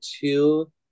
two